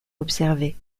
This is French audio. observer